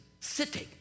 sitting